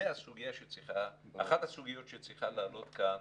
זו אחת הסוגיות שצריכה לעלות כאן